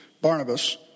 Barnabas